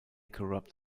corrupt